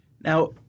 Now